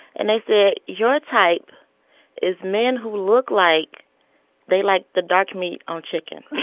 and i said your type is men who look like they like the dark meat or chicken.